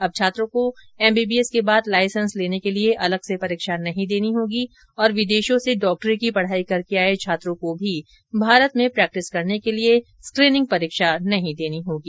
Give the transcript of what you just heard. अब छात्रों को एम बी बी एस के बाद लाइसेंस लेने के लिए अलग से परीक्षा नहीं देनी होगी और विदेशों से डॉक्टरी की पढ़ाई करके आये छात्रों को भी भारत में प्रैक्टिस करने के लिए स्क्रीनिंग परीक्षा नहीं देनी होगी